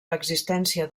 l’existència